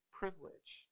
privilege